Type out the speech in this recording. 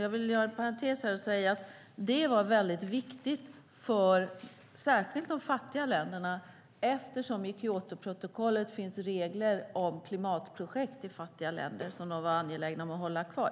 Jag vill här göra en parentes och säga att detta var väldigt viktigt för särskilt de fattiga länderna, eftersom det i Kyotoprotokollet finns regler om klimatprojekt i fattiga länder som de var angelägna att hålla kvar.